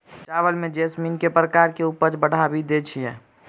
चावल म जैसमिन केँ प्रकार कऽ उपज बढ़िया दैय छै?